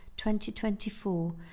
2024